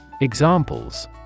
Examples